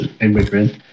immigrant